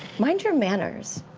mind your manners.